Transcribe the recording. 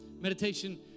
Meditation